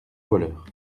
voleur